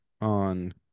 on